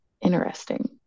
interesting